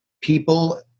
people